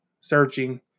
searching